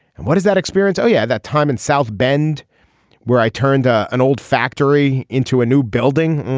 and what is that experience. oh yeah. that time in south bend where i turned ah an old factory into a new building.